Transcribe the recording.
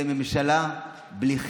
בממשלה בלי חמלה.